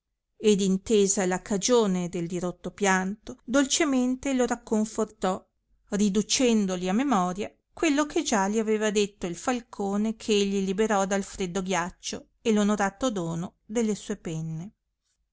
ed intesa la cagione del dirotto pianto dolcemente lo racconforìò riducendoli a memoria quello che già li aveva detto il falcone che egli liberò dal freddo ghiaccio e onorato dono delle due penne